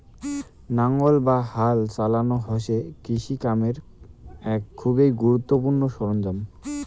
নাঙ্গল বা হাল চালানো হসে কৃষি কামের এক খুবই গুরুত্বপূর্ণ সরঞ্জাম